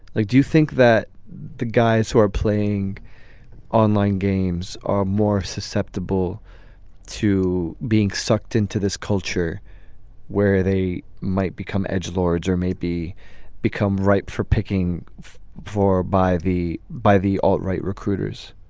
like do you think that the guys who are playing online games are more susceptible to being sucked into this culture where they might become edge lords or maybe become ripe for picking for by the by the all right recruiters